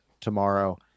tomorrow